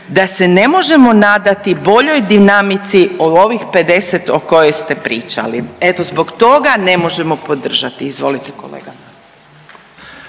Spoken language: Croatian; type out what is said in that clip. da se ne možemo nadati boljom dinamici od ovih 50 o kojoj ste pričali. Eto, zbog toga ne možemo podržati. Izvolite kolega.